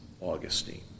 Augustine